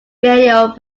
radio